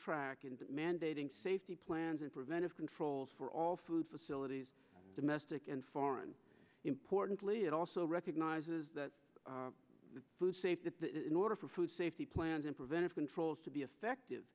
track and mandating safety plans and preventive controls for all food facilities domestic and foreign importantly it also recognizes that food safety in order for food safety plans and preventive controls to be effective